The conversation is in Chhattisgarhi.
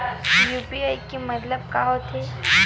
यू.पी.आई के मतलब का होथे?